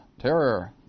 Terror